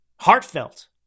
heartfelt